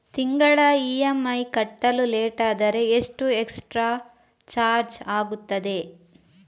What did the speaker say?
ತಿಂಗಳ ಇ.ಎಂ.ಐ ಕಟ್ಟಲು ಲೇಟಾದರೆ ಎಷ್ಟು ಎಕ್ಸ್ಟ್ರಾ ಚಾರ್ಜ್ ಆಗುತ್ತದೆ?